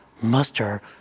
muster